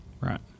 right